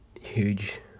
huge